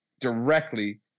directly